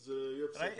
זה יצא.